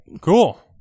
Cool